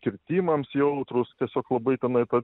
kirtimams jautrūs tiesiog labai tenai ta